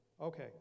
Okay